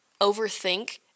overthink